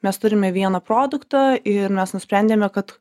mes turime vieną produktą ir mes nusprendėme kad